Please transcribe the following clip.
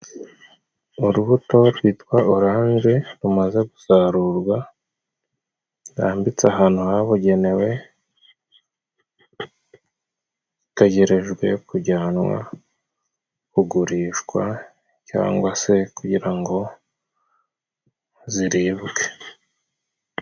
Urubuto rwitwa oranje rumaze gusarurwa. Rurambitse ahantu habugenewe, rutegereje kujyanwa kugurishwa cyangwa se kugira ngo ziribwe.